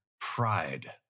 pride